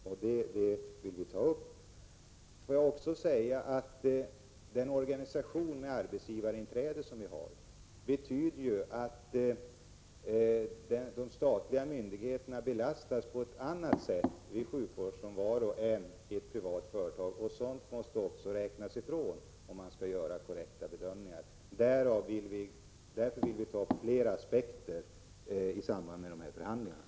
Till sist vill jag säga att det system som vi har med arbetsgivarinträde betyder att de statliga myndigheterna belastas på ett annat sätt vid sjukfrånvaro än ett privat företag. Sådana effekter måste också räknas ifrån om man skall kunna göra korrekta bedömningar. Vi vill därför ta upp fler aspekter i samband med förhandlingarna.